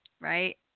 right